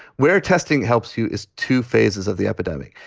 where testing helps you is two phases of the epidemic.